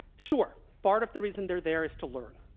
sure, part of the reason they're there is to learn,